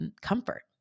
comfort